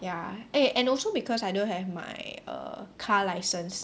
ya eh and also because I don't have my err car license